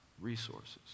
resources